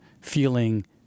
feeling